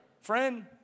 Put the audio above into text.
friend